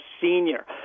senior